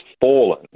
fallen